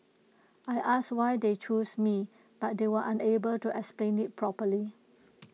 I asked why they chose me but they were unable to explain IT properly